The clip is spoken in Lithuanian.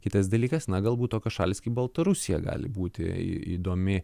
kitas dalykas na galbūt tokios šalys kaip baltarusija gali būti įdomi